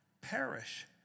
perish